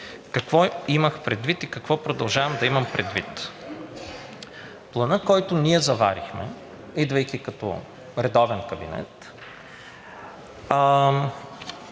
Какво имах предвид и какво продължавам да имам предвид? Планът, който ние заварихме, идвайки като редовен кабинет,